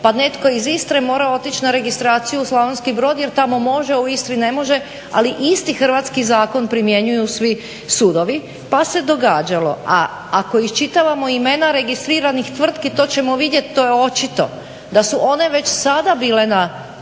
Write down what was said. pa netko iz Istre mora otići na registraciju u Slavonski Brod jer tamo može, a u Istri ne može, ali isti hrvatski zakon primjenjuju svi sudovi pa se događalo, a ako iščitavamo imena registriranih tvrtki to ćemo vidjet, to je očito da su one već sada bile na